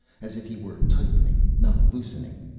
as if he were tightening not loosening.